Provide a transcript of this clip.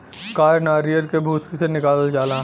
कायर नरीयल के भूसी से निकालल जाला